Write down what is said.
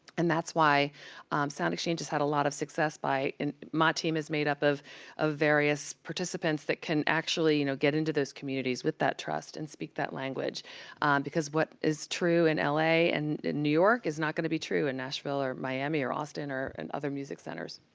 and that's why soundexchange has had a lot of success by and my team is made up of ah various participants that can actually, you know, get into those communities with that trust, and speak that language because what is true in l a. and new york is not going to be true in nashville, or miami, or austin, or other music centers.